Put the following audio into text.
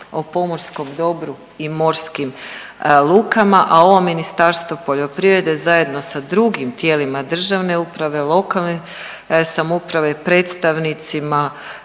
o pomorskom dobru i morskim lukama, a ovo Ministarstvo poljoprivrede zajedno sa drugim tijelima državne uprave, lokalne samouprave i predstavnicima